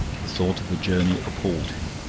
the thought of the journey appalled him.